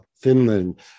Finland